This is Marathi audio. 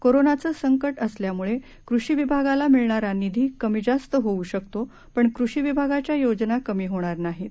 कोरोनाचं संकट असल्यामुळे कृषी विभागाला मिळणारा निधी कमी जास्त होऊ शकतो पण कृषी विभागाच्या योजना कमी होणार नाहीत